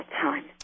time